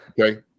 okay